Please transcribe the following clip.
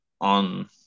on